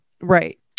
Right